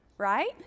right